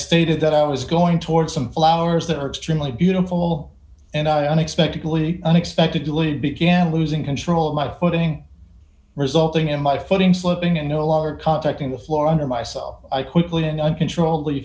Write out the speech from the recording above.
stated that i was going towards some flowers that are extremely beautiful and i unexpectedly unexpectedly began losing control of my footing resulting in my footing slipping and no longer contacting the floor under myself i quickly and uncontrollably